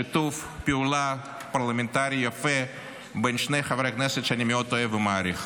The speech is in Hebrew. שיתוף פעולה פרלמנטרי יפה בין שני חברי כנסת שאני מאוד אוהב ומעריך.